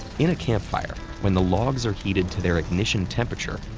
in a campfire, when the logs are heated to their ignition temperature,